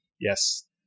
Yes